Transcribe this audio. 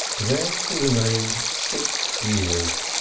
there he remained six years.